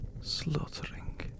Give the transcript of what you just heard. slaughtering